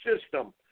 system